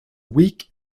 weak